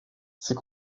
ces